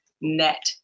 net